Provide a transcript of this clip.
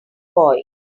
boy